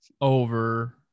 over